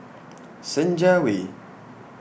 Senja Way